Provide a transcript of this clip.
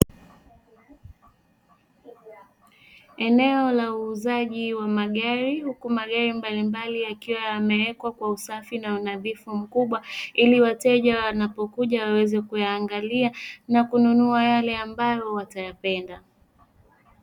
Eneo la uuzaji wa magari huku magari mbalimbali yakiwa yamewekwa kwa usafi na unadhifu mkubwa, ili wateja wanapokuja waweze kuyaangalia na kununua yale watayapenda.